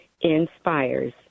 Inspires